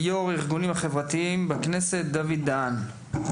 יו"ר הארגונים החברתיים בכנסת, בבקשה.